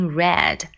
red